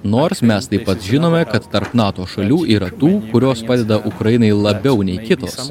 nors mes taip pat žinome kad tarp nato šalių yra tų kurios padeda ukrainai labiau nei kitos